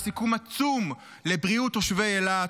לסיכון עצום לבריאות תושבי אילת.